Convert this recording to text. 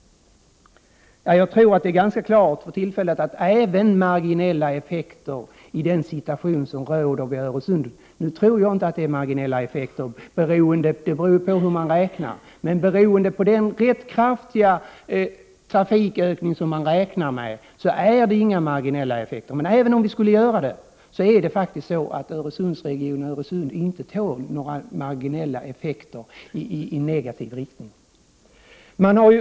Jag tror att det är klart att det med tanke på den rätt kraftiga trafikökning som man räknar med och den situation som råder vid Öresund inte är fråga om några marginella effekter. Men även om det skulle vara fråga om marginella effekter, tror jag inte att Öresundsregionen och Öresund tål några sådana effekter i negativ riktning. I Öresundsdelegationen har man även diskuterat en s.k. nollösning. Det — Prot.